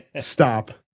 stop